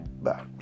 Bye